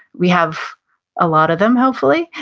we have a lot of them hopefully,